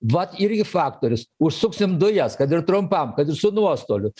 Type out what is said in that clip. vat irgi faktorius užsuksim dujas kad ir trumpam kad ir su nuostoliu